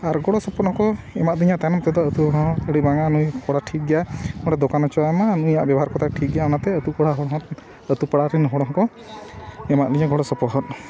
ᱟᱨ ᱜᱚᱲᱚ ᱥᱚᱯᱚᱦᱚᱫ ᱦᱚᱸᱠᱚ ᱮᱢᱟᱜ ᱫᱤᱧᱟᱹ ᱛᱟᱭᱚᱢ ᱛᱮᱫᱚ ᱟᱛᱫ ᱨᱮᱦᱚᱸ ᱟᱹᱰᱤ ᱵᱟᱝᱟ ᱱᱩᱭ ᱠᱚᱲᱟ ᱴᱷᱤᱠ ᱜᱮᱭᱟ ᱱᱚᱰᱮ ᱫᱚᱠᱟᱱ ᱚᱪᱚ ᱟᱢᱟ ᱱᱩᱭᱟᱜ ᱵᱮᱵᱚᱦᱟᱨ ᱠᱚᱛᱮ ᱴᱷᱤᱠ ᱜᱮᱭᱟ ᱚᱱᱟᱛᱮ ᱟᱹᱛᱩ ᱯᱟᱲᱟ ᱦᱚᱲ ᱦᱚᱸ ᱟᱛᱩ ᱯᱟᱲᱟ ᱨᱮᱱ ᱦᱚᱲ ᱦᱚᱸᱠᱚ ᱮᱢᱟᱜ ᱫᱤᱧᱟᱹ ᱜᱚᱲᱚ ᱥᱚᱯᱚᱦᱚᱫ